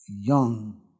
young